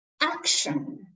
action